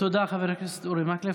תודה, חבר הכנסת אורי מקלב.